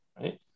right